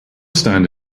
stand